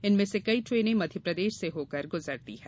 इनमें से कई ट्रेने मध्यप्रदेश से होकर गुजरती है